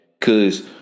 cause